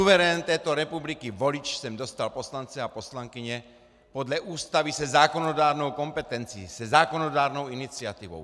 Suverén této republiky volič sem dostal poslance a poslankyně podle Ústavy se zákonodárnou kompetencí, se zákonodárnou iniciativou.